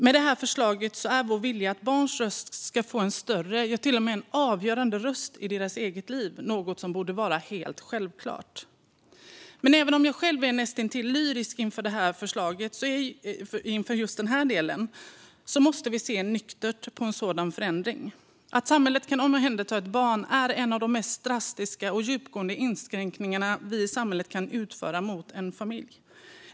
Med detta förslag är vår vilja att barns röst ska få en större - till och med en avgörande - betydelse i deras eget liv, vilket är något som borde vara helt självklart. Men även om jag själv är näst intill lyrisk över just den här delen måste vi se nyktert på en sådan förändring. Att omhänderta ett barn är en av de mest drastiska och djupgående inskränkningar samhället kan göra mot en familj.